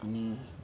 अनि